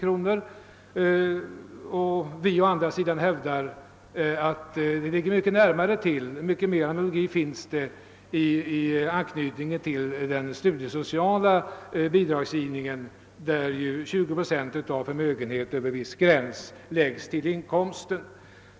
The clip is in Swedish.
Vi för vår del hävdar att det ligger närmare till att knyta an till den studiesociala bidragsgivningen, där 20 procent av förmögenhet över en viss gräns läggs till inkomsten.